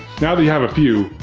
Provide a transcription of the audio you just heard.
now that you have a few,